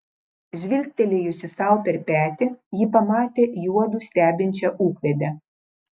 žvilgtelėjusi sau per petį ji pamatė juodu stebinčią ūkvedę